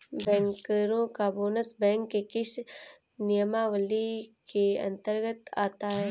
बैंकरों का bonus bank के किस नियमावली के अंतर्गत आता है?